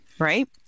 right